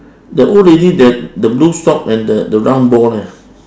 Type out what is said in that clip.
the old lady there the blue shop and the the round ball leh